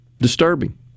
Disturbing